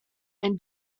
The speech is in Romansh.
ein